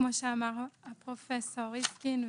כמו שאמר פרופסור ריסקין.